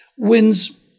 wins